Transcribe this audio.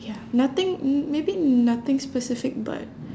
ya nothing m~ maybe nothing specific but